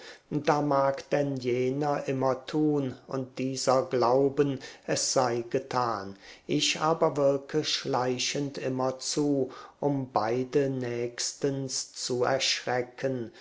da mag denn jener immer tun und dieser glauben es sei getan ich aber wirke schleichend immerzu um beide nächstens zu erschrecken